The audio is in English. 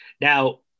Now